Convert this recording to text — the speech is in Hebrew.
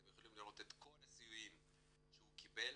אתם יכולים לראות את כל הסיועים שהוא קיבל,